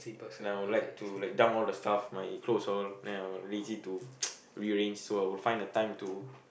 like I would like to like dump all the stuff my clothes all and I will lazy to rearrange so I would find the time to